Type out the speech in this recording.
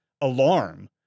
alarm